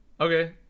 Okay